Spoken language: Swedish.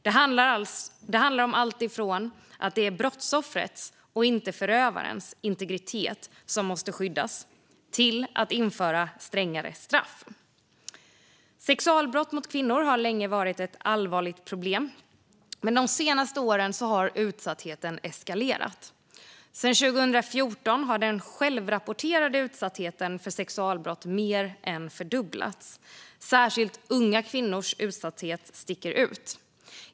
Det handlar om alltifrån att det är brottsoffrets och inte förövarens integritet som måste skyddas till att införa strängare straff. Sexualbrott mot kvinnor har länge varit ett allvarligt problem, men de senaste åren har utsattheten eskalerat. Sedan 2014 har den självrapporterade utsattheten för sexualbrott mer än fördubblats. Särskilt unga kvinnors utsatthet sticker ut.